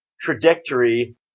trajectory